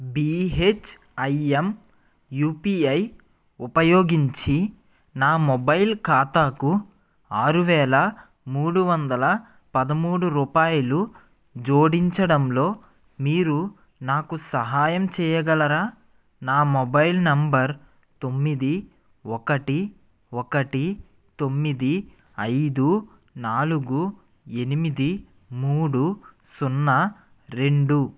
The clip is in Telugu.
be H I M U P I ఉపయోగించి నా మొబైల్ ఖాతాకు ఆరు వేల మూడు వందల పదమూడు రుపాయలు జోడించడంలో మీరు నాకు సహాయం చేయగలరా నా మొబైల్ నంబర్ తొమ్మిది ఒకటి ఒకటి తొమ్మిది ఐదు నాలుగు ఎనిమిది మూడు సున్నా రెండు